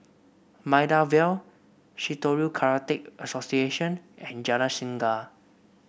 Maida Vale Shitoryu Karate Association and Jalan Singa